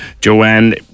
Joanne